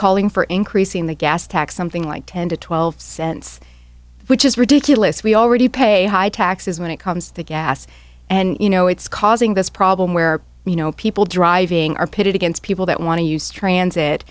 calling for increasing the gas tax something like ten to twelve cents which is ridiculous we already pay high taxes when it comes to gas and you know it's causing this problem where you know people driving are pitted against people that want to use transit